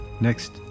Next